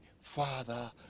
father